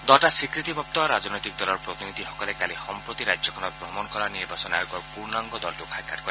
দহটা স্বীকৃতিপ্ৰাপ্ত ৰাজনৈতিক দলৰ প্ৰতিনিধিসকলে কালি সম্প্ৰতি ৰাজ্যখনত ভ্ৰমণ কৰা নিৰ্বাচন আয়োগৰ পূৰ্ণাংগ দলটোক সাক্ষাৎ কৰে